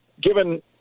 given